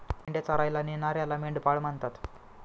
मेंढ्या चरायला नेणाऱ्याला मेंढपाळ म्हणतात